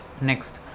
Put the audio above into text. next